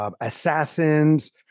Assassins